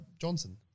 Johnson